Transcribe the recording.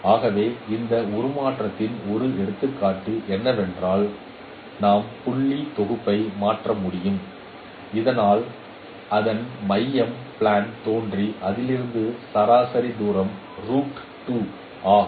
ஆகவே இந்த உருமாற்றத்தின் ஒரு எடுத்துக்காட்டு என்னவென்றால் நாம் புள்ளி தொகுப்பை மாற்ற முடியும் இதனால் அதன் மையம் பிளான் தோன்றி அதிலிருந்து சராசரி தூரம் ஆகும்